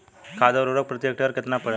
खाध व उर्वरक प्रति हेक्टेयर केतना पड़ेला?